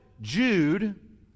Jude